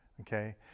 Okay